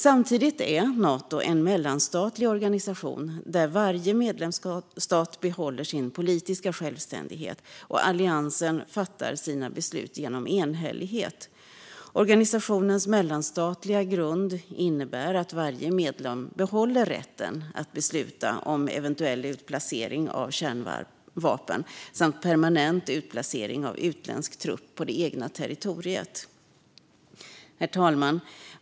Samtidigt är Nato en mellanstatlig organisation där varje medlemsstat behåller sin politiska självständighet, och alliansen fattar sina beslut genom enhällighet. Organisationens mellanstatliga grund innebär att varje medlem behåller rätten att besluta om eventuell utplacering av kärnvapen samt permanent utplacering av utländsk trupp på det egna territoriet. Herr talman!